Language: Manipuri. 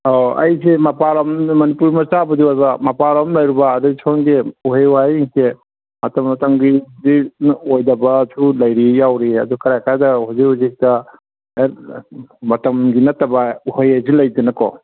ꯑꯣ ꯑꯩꯁꯦ ꯃꯄꯥꯜ ꯂꯝꯗ ꯃꯅꯤꯄꯨꯔ ꯃꯆꯥꯕꯨꯗꯤ ꯑꯣꯏꯕ ꯃꯄꯥꯟ ꯂꯝ ꯂꯩꯔꯨꯕ ꯑꯗꯩ ꯁꯣꯝꯒꯤ ꯎꯍꯩ ꯋꯥꯍꯩꯒꯤꯁꯦ ꯃꯇꯝ ꯃꯇꯝꯒꯤꯁꯤꯅ ꯑꯣꯏꯗꯕꯁꯨ ꯂꯩꯔꯤ ꯌꯥꯎꯔꯤ ꯑꯗꯨ ꯀꯔꯥꯏ ꯀꯔꯥꯏꯗ ꯍꯧꯖꯤꯛ ꯍꯧꯖꯤꯛꯇ ꯍꯦꯛ ꯃꯇꯝꯒꯤ ꯅꯠꯇꯕ ꯎꯍꯩꯑꯁꯤ ꯂꯩꯗꯅꯀꯣ